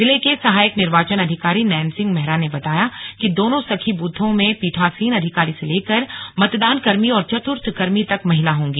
जिले के सहायक निर्वाचन अधिकारी नैन सिंह महरा ने बताया कि दोनों सखी बूथों में पीठासीन अधिकारी से लेकर मतदान कर्मी और चतुर्थ कर्मी तक महिला होंगी